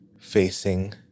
facing